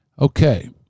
Okay